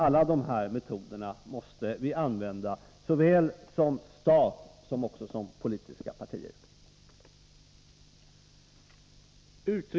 Alla de här metoderna måste vi använda, både som stat och som politiska partier.